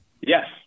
Yes